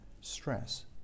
Stress